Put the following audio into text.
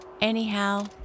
Anyhow